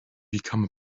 become